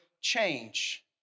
change